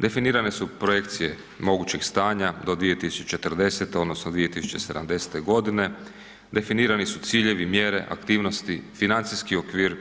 Definirane su projekcije mogućih stanja do 2040. odnosno 2070.g., definirani su ciljevi, mjere, aktivnosti, financijski okvir,